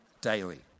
daily